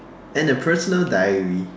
and a personal diary